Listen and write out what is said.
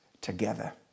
together